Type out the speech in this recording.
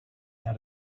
how